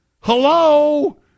Hello